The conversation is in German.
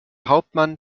hauptmann